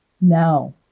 No